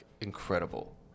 incredible